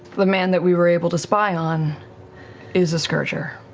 the man that we were able to spy on is a scourger.